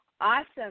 Awesome